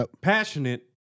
passionate